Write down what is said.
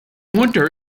winter